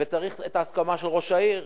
וצריך את ההסכמה של ראש העיר.